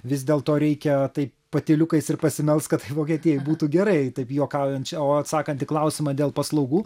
vis dėl to reikia taip patyliukais ir pasimelst kad tai vokietija būtų gerai taip juokaujant čia o atsakant į klausimą dėl paslaugų